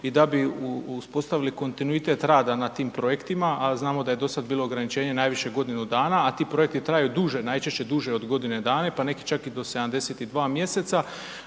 i da bi uspostavili kontinuitet rada na tim projektima, a znamo da je do sada bilo ograničenje najviše godinu dana, a ti projekti traju duže, najčešće duže godine dana pa neki čak i do 72 mjeseca.